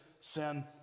sin